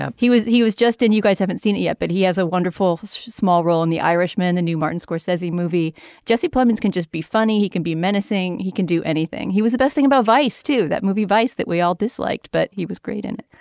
ah he was he was just and you guys haven't seen it yet but he has a wonderful small role in the irishman the new martin scorsese a movie jesse clemons can just be funny. he can be menacing. he can do anything. he was the best thing about vice to that movie vice that we all disliked but he was great in it.